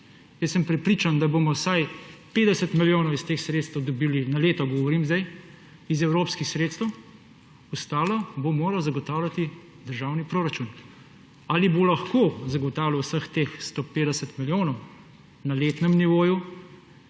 Jaz sem prepričan, da bomo vsaj 50 milijonov na leto dobili iz evropskih sredstev, ostalo bo moral zagotavljati državni proračun. Ali bo lahko zagotavljal vseh teh 150 milijonov na letnem nivoju,